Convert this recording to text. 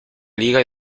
liga